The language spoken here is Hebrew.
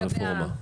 על הרפורמה,